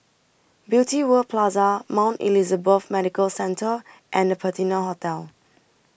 Beauty World Plaza Mount Elizabeth Medical Centre and The Patina Hotel